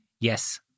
Yes